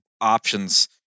options